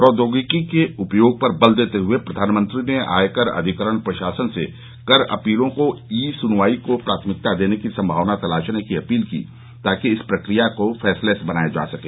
प्रौद्योगिकी के उपयोग पर बल देते हुए प्रधानमंत्री ने आय कर अधिकरण प्रशासन से कर अपीलों की ई सुनवाई को प्राथमिकता देने की संमावना तलाशने की अपील की ताकि इस प्रक्रिया को फेसलैस बनाया जा सके